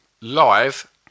live